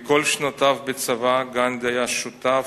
בכל שנותיו בצבא גנדי היה שותף,